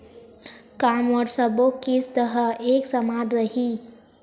का मोर सबो किस्त ह एक समान रहि?